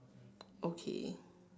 okay